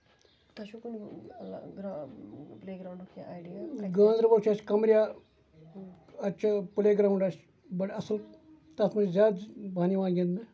گاندر بَل چھُ اَسہِ کَمرِیا اَتہِ چھُ پِلے گروُنڈ اَسہِ بَڑٕ اَصٕل تَتھ منٛز زیادٕ پہنۍ یِوان گِندنہٕ